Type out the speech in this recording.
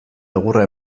egurra